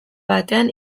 batean